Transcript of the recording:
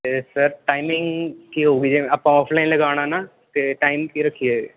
ਅਤੇ sir timing ਕੀ ਹੋਵੇਗੀ ਜਿਵੇਂ ਆਪਾਂ ਆਫਲਾਈਨ ਲਗਾਉਣਾ ਨਾ ਅਤੇ ਟਾਈਮ ਕੀ ਰੱਖੀਏ